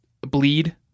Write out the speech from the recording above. bleed